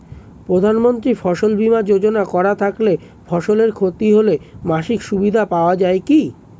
প্রধানমন্ত্রী ফসল বীমা যোজনা করা থাকলে ফসলের ক্ষতি হলে মাসিক সুবিধা পাওয়া য়ায় কি?